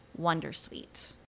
wondersuite